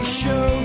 show